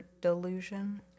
delusion